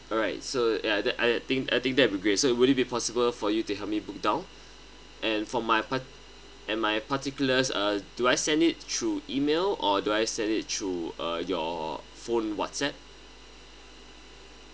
alright so I that I think I think that'll be great so would it be possible for you to help me book down and for my par~ and my particulars uh do I send it through email or do I send it through uh your phone whatsapp